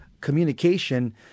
communication